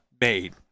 made